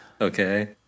okay